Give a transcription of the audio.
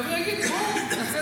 ואז הוא יגיד: בואו,